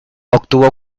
obtuvo